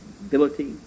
ability